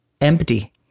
empty